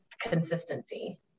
consistency